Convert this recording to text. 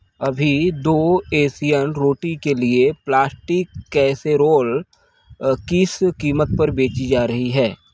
अभी दो एशियन रोटी के लिए प्लास्टिक कैसेरोल किस कीमत पर बेचा जा रहा है